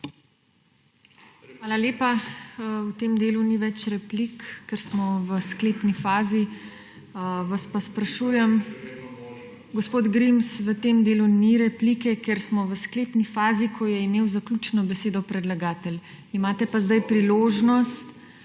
Hvala lepa. V tem delu ni več replik, ker smo v sklepni fazi. Gospod Grims, v tem delu ni replike, ker smo v sklepni fazi, ko je imel zaključno besedo predlagatelj. Imate pa sedaj priložnost